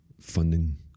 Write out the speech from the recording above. funding